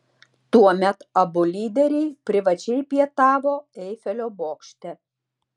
tuomet abu lyderiai privačiai pietavo eifelio bokšte